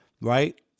right